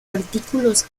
artículos